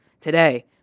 Today